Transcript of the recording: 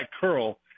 curl